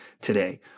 today